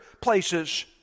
places